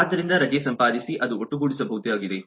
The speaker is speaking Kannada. ಆದ್ದರಿಂದ ರಜೆ ಸಂಪಾದಿಸಿ ಅದು ಒಟ್ಟುಗೂಡಿ ಸಬ ಹುದಾಗಿದೆ